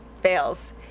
fails